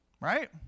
Right